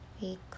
week